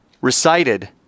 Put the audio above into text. recited